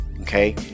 Okay